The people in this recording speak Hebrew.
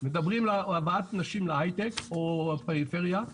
- מדברים על הבאת נשים להיי-טק או הפריפריה,